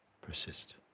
Persist